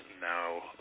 Now